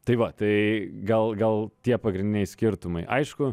tai va tai gal gal tie pagrindiniai skirtumai aišku